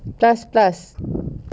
plus plus